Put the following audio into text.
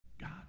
God